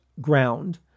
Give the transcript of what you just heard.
ground